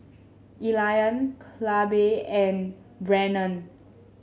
Elian Clabe and Brennon